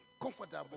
comfortable